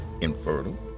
infertile